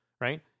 right